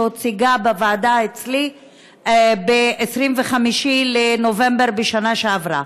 שהוצגה בוועדה אצלי ב-25 בנובמבר בשנה שעברה.